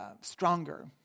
stronger